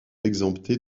exemptées